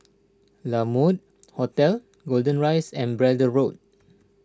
La Mode Hotel Golden Rise and Braddell Road